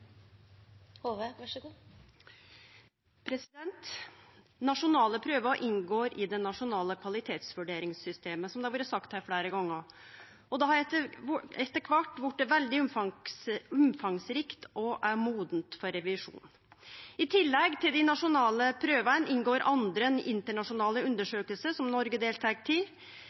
Nasjonale prøver inngår i det nasjonale kvalitetsvurderingssystemet, som det har vore sagt her fleire gonger, og det har etter kvart blitt veldig omfangsrikt og er modent for revisjon. I tillegg til dei nasjonale prøvene inngår andre – ei internasjonal undersøking som Noreg deltek